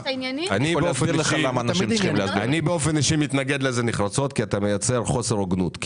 אני באופן אישי מתנגד לזה נחרצות כי אתה מייצר חוסר הוגנות.